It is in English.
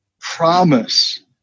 promise